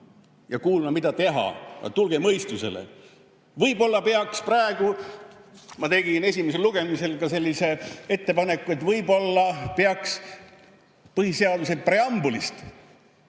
ja kuulama, mida teha. Aga tulge mõistusele. Ma tegin esimesel lugemisel ka sellise ettepaneku, et võib-olla peaks põhiseaduse preambulist